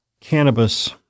cannabis